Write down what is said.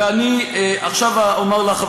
ואני עכשיו אומר לך,